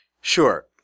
Sure